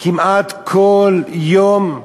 כמעט כל יום,